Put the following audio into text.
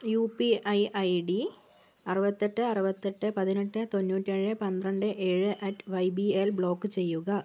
U P I I D അറുപത്തെട്ട് അറുപത്തെട്ട് പതിനെട്ട് തൊണ്ണൂറ്റേഴ് പന്ത്രണ്ട് ഏഴ് at Y B L block ചെയ്യുക